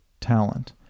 talent